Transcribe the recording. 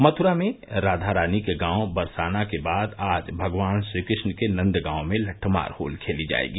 मथुरा में राधा रानी के गांव बरसाना के बाद आज भगवान श्रीकृष्ण के नंदगांव में लट्ठमार होली जायेगी